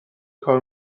کار